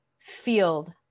field